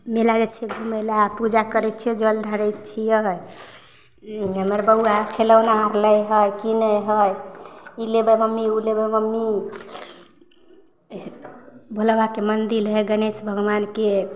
मेला जाइ छिए घुमैलए पूजा करै छिए जल ढारै छिए हमर बौआ खेलौना आओर लै हइ किनै हइ ई लेबै मम्मी ओ लेबै मम्मी भोला बाबाके मन्दिर हइ गणेश भगवानके